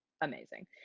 amazing